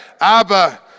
Abba